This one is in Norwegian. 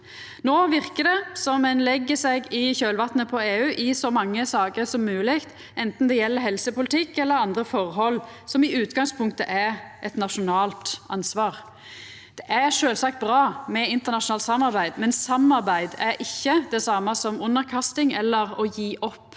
No verkar det som om ein legg seg i kjølvatnet av EU i så mange saker som mogleg, anten det gjeld helsepolitikk eller andre forhold som i utgangspunktet er eit nasjonalt ansvar. Det er sjølvsagt bra med internasjonalt samarbeid, men samarbeid er ikkje det same som underkasting eller å gje opp